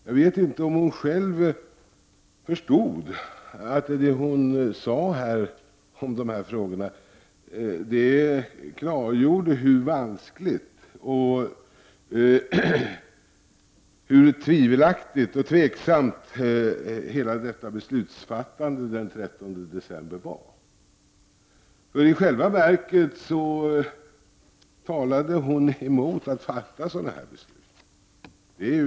Jag vet inte om hon själv förstod att det hon sade här klargjorde hur vanskligt, hur tvivelaktigt och tveksamt hela beslutsfattandet den 13 december var. I själva verket talade hon emot att fatta sådana beslut.